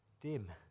dim